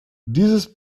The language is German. dieses